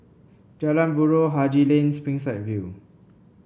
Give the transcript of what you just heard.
Jalan Buroh Haji Lane Springside View